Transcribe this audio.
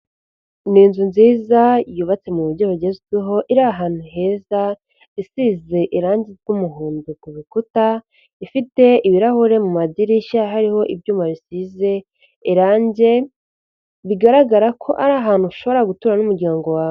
Ni inzu nziza yubatse mu buryo bugezweho iri ahantu heza isize irangi ry'umuhondo ku rukuta, ifite ibirahuri mu madirishya hariho ibyuma bisize irange, bigaragara ko ari ahantu ushobora gutura n'umuryango wawe.